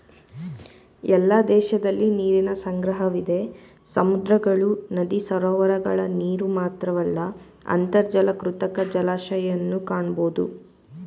ಎಲ್ಲ ದೇಶದಲಿ ನೀರಿನ ಸಂಗ್ರಹವಿದೆ ಸಮುದ್ರಗಳು ನದಿ ಸರೋವರಗಳ ನೀರುಮಾತ್ರವಲ್ಲ ಅಂತರ್ಜಲ ಕೃತಕ ಜಲಾಶಯನೂ ಕಾಣಬೋದು